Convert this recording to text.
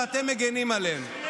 ואתם מגינים עליהם.